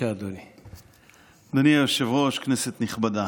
אדוני היושב-ראש, כנסת נכבדה,